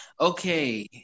Okay